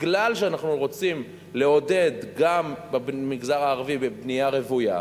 מכיוון שאנחנו רוצים לעודד גם את המגזר הערבי בבנייה רוויה,